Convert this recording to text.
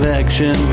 action